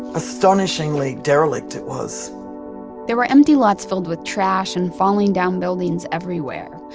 astonishingly derelict it was there were empty lots filled with trash and falling down buildings everywhere.